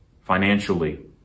financially